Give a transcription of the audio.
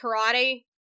karate